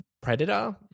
Predator